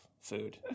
food